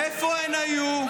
איפה הן היו?